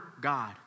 God